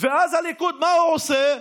ואז מה עושה הליכוד?